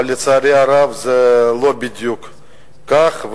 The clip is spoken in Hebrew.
אבל לצערי הרב זה לא בדיוק כך.